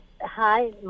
Hi